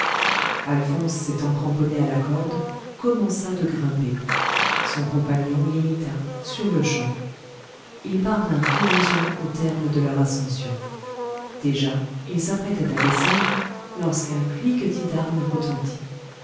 alphonse s'étant cramponné à la corde commença de grimper son compagnon l'imita sur-le-champ ils parvinrent heureusement au terme de leur ascension déjà ils s'apprêtaient à descendre lorsqu'un cliquetis d'armes retentit